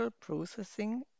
processing